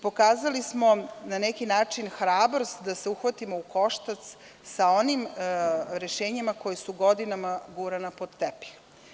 Pokazali smo na neki način hrabrost da se uhvatimo u koštaca sa onim rešenjima koja su godinama gurana pod tepih.